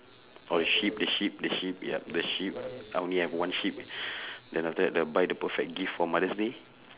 or the sheep the sheep the sheep ya the sheep I only have one sheep then after that buy the perfect gift for mother's day